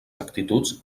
actituds